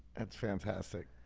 that's fantastic.